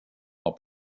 are